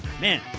Man